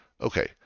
okay